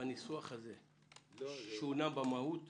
בניסוח הזה יש גם שינוי במהות?